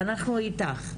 ואנחנו איתך,